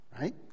right